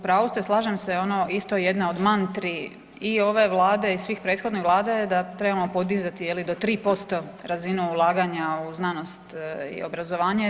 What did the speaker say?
Pa u pravu ste, slažem se ono isto jedna od mantri i ove Vlade i svih prethodnih Vlada je da trebamo podizati do 3% razinu ulaganja u znanost i obrazovanje.